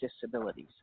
disabilities